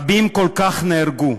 רבים כל כך נהרגו,